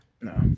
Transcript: No